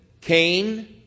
Cain